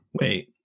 wait